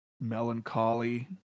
melancholy